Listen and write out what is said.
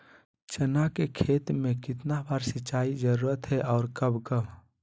चना के खेत में कितना बार सिंचाई जरुरी है और कब कब?